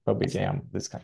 pabaigė jam viską